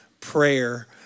prayer